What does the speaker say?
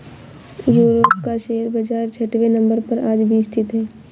Europe का share बाजार छठवें नम्बर पर आज भी स्थित है